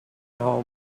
home